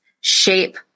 shape